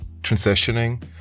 transitioning